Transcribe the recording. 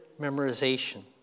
memorization